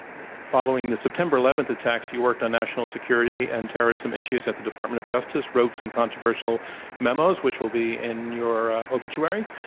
following the september eleventh attacks, you worked on national security and terrorism issues at the department of justice, wrote some controversial memos which will be in your obituary.